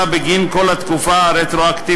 רטרואקטיבית בגין כל התקופה האמורה.